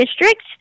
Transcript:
district